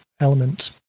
element